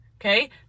Okay